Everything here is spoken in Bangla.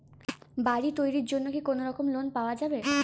বাড়ি তৈরির জন্যে কি কোনোরকম লোন পাওয়া যাবে?